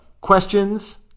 questions